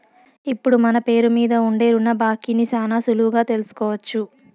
ఇప్పుడు మన పేరు మీద ఉండే రుణ బాకీని శానా సులువుగా తెలుసుకోవచ్చు